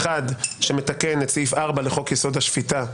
שמתקן את סעיף 4 לחוק-יסוד: השפיטה,